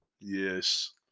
Yes